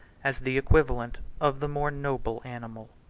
as the equivalent of the more noble animal.